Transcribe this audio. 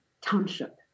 township